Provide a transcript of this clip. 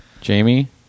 Jamie